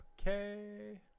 okay